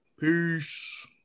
Peace